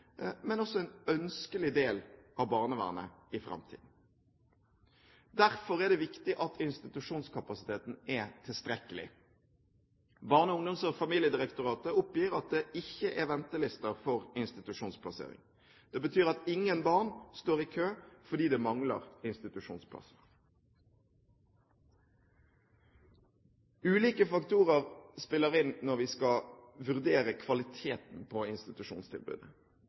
men også en ønskelig del av barnevernet i framtiden. Derfor er det viktig at institusjonskapasiteten er tilstrekkelig. Barne-, ungdoms- og familiedirektoratet oppgir at det ikke er ventelister for institusjonsplassering. Det betyr at ingen barn står i kø fordi det mangler institusjonsplasser. Ulike faktorer spiller inn når vi skal vurdere kvaliteten på institusjonstilbudet.